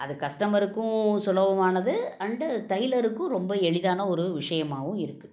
அது கஸ்டமருக்கும் சுலபமானது அண்டு டெய்லருக்கும் ரொம்ப எளிதான ஒரு விஷயமாகவும் இருக்குது